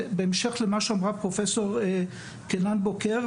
בהמשך למה שאמרה פרופ' קינן בוקר,